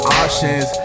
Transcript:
options